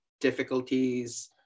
difficulties